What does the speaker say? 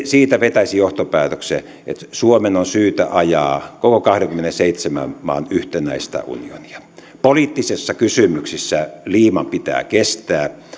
siitä vetäisi johtopäätöksen että suomen on syytä ajaa kaikkien kahdenkymmenenseitsemän maan yhtenäistä unionia poliittisissa kysymyksissä liiman pitää kestää